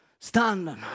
standing